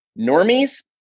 normies